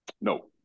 No